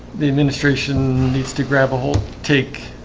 the administration needs to grab a whole take